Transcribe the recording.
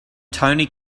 tony